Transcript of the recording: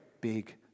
big